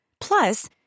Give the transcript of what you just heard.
Plus